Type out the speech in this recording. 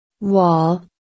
Wall